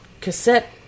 cassette